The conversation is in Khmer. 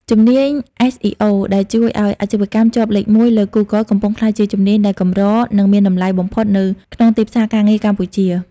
ជំនាញ SEO ដែលជួយឱ្យអាជីវកម្មជាប់លេខ១លើ Google កំពុងក្លាយជាជំនាញដែលកម្រ និងមានតម្លៃបំផុតនៅក្នុងទីផ្សារការងារកម្ពុជា។